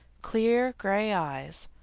clear gray eyes,